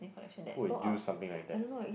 who would do something like that